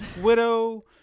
Widow